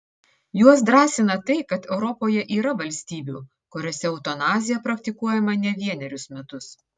juos drąsina tai kad europoje yra valstybių kuriose eutanazija praktikuojama ne vienerius metus